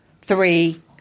Three